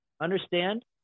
understand